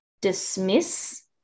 dismiss